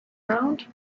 round